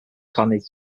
planning